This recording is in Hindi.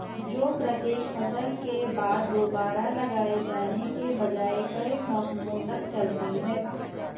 जो प्रत्येक फसल के बाद दोबारा लगाए जाने के बजाय कई मौसमों तक चलती है